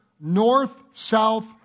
north-south